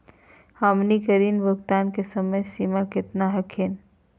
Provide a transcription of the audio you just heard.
हमनी के ऋण भुगतान के समय सीमा केतना हखिन?